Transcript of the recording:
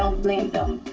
um blame them,